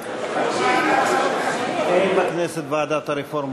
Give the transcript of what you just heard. ארדן, אינו נוכח זאב בנימין בגין,